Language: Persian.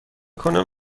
کنم